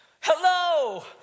Hello